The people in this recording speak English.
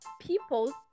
people